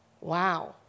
Wow